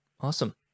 Awesome